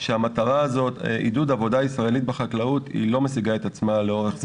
שהמטרה של עידוד עבודה ישראלית בחקלאות לא משיגה את עצמה לאורך זמן,